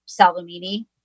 Salomini